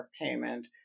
payment